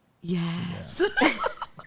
Yes